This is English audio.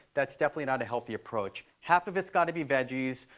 that's definitely not a healthy approach. half of it's got to be veggies.